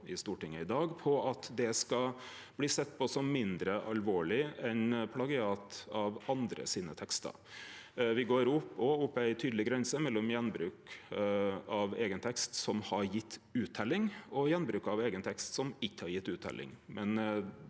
i Stortinget i dag, om at det skal bli sett på som mindre alvorleg enn plagiat av andre sine tekstar. Me går òg opp ei tydeleg grense mellom gjenbruk av eigen tekst som har gjeve utteljing, og gjenbruk av eigen tekst som ikkje har gjeve utteljing,